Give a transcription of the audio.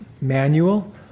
manual